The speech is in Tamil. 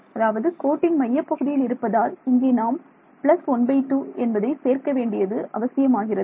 அதாவது கோட்டின் மையப்பகுதியில் இருப்பதால் இங்கே நாம் பிளஸ் 12 என்பதை சேர்க்க வேண்டியது அவசியமாகிறது